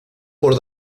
por